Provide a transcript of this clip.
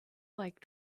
like